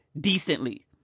decently